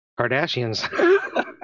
kardashians